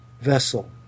vessel